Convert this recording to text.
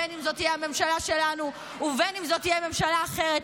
בין אם זאת תהיה הממשלה שלנו ובין אם זאת תהיה ממשלה אחרת,